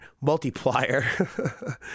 multiplier